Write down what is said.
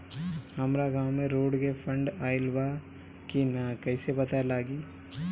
हमरा गांव मे रोड के फन्ड आइल बा कि ना कैसे पता लागि?